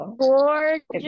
gorgeous